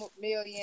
million